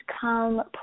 come